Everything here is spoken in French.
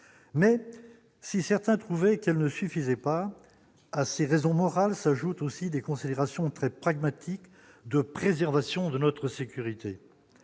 mais si certains trouvaient qu'elle ne suffisait pas à ces raisons morales s'ajoutent aussi des considérations très pragmatique de préservation de notre sécurité,